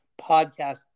podcast